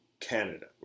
Canada